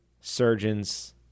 surgeons